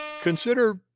Consider